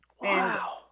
Wow